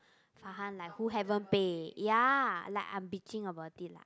Farhan like who haven't pay ya like I'm bitching about it lah